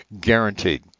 guaranteed